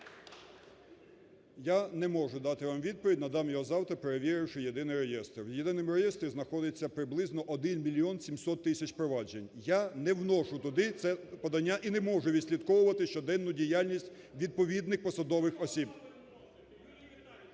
Я не можу дати вам відповідь, надам її завтра перевіривши єдиний реєстр. У єдиному реєстрі знаходиться приблизно 1 мільйон 700 тисяч проваджень. Я не вношу туди це подання і не можу відслідковувати щоденну діяльність відповідних посадових осіб.